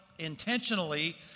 intentionally